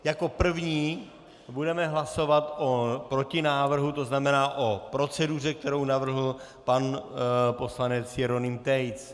Jako první budeme hlasovat o protinávrhu, tzn. o proceduře, kterou navrhl pan poslanec Jeroným Tejc.